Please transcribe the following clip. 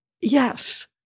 yes